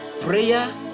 prayer